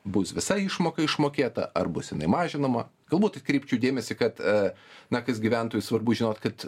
bus visa išmoka išmokėta ar bus jinai mažinama galbūt atkreipčiau dėmesį kad a na kas gyventojui svarbu žinot kad